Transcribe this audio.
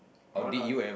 I wanna